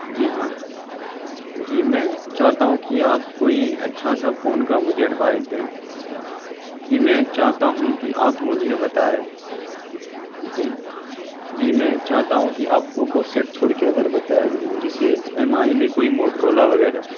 جی ہاں جی میں چاہتا ہوں کہ آپ کوئی اچھا سا فون کا مجھے ایڈوائز دیں جی میں چاہتا ہوں کہ آپ مجھے بتائے جی جی میں چاہتا ہوں کہ آپ پوکو سیٹ چھوڑ کے ادر بتائیں جیسے ایم آئی میں کوئی موٹرولا وغیرہ